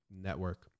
network